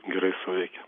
gerai suveikia